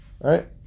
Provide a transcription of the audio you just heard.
right